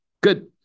good